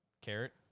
carrot